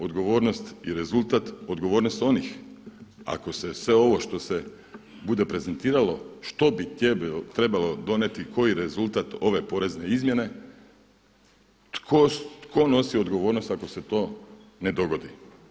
Odgovornost i rezultat, odgovornost onih ako se sve ovo što se bude prezentiralo, što bi trebalo donijeti koji rezultat ove porezne izmjene, tko nosi odgovornost ako se to ne dogodi.